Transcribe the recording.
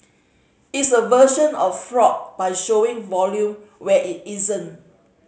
it's a version of fraud by showing volume where it isn't